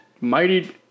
Mighty